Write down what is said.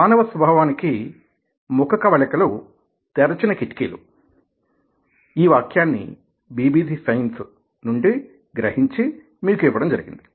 మానవ స్వభావానికి ముఖకవళికలు తెరచిన కిటికీలు ఈ వాక్యాన్ని బిబిసి సైన్స్ BBCScience నుండి గ్రహించి మీకు ఇవ్వడం జరిగింది